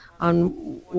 on